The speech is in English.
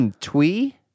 Twee